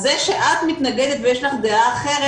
אז זה שאת מתנגדת ויש לך דעה אחרת